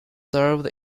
served